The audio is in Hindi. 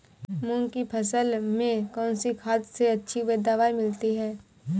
मूंग की फसल में कौनसी खाद से अच्छी पैदावार मिलती है?